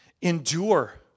Endure